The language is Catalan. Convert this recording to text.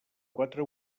quatre